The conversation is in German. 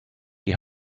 die